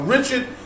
Richard